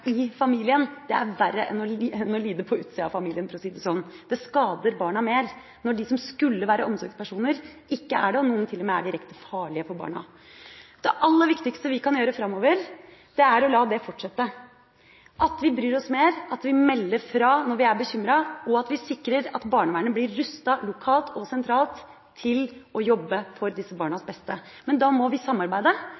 i familien er verre enn å lide på utsida av familien, for å si det slik. Det skader barna mer når de som skulle vært omsorgspersoner, ikke er det, og noen er til og med direkte farlige for barna. Det aller viktigste vi kan gjøre framover, er å la det fortsette: Vi må bry oss mer, vi må melde fra når vi er bekymret, og vi må sikre at barnevernet blir rustet – lokalt og sentralt – til å jobbe for disse barnas